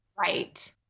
Right